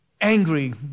angry